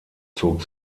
zog